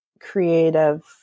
creative